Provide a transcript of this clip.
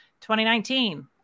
2019